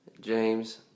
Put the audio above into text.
James